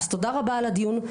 תודה רבה על הדיון.